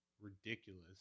ridiculous